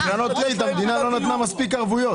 בקרנות ריט המדינה לא נתנה מספיק ערבויות.